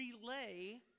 relay